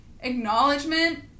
acknowledgement